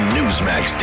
Newsmax